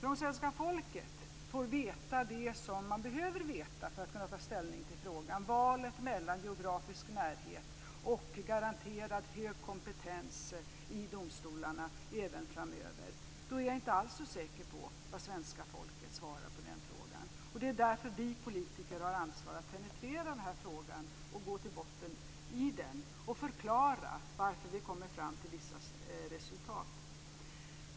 Om svenska folket får veta det som man behöver veta för att kunna ta ställning i valet mellan geografisk närhet och garanterad hög kompetens i domstolarna även framöver, då är jag inte alls så säker på vad svenska folket svarar på den frågan. Det är därför som vi politiker har ansvaret att penetrera frågan, gå till botten med den och förklara varför vi kommer fram till vissa resultat.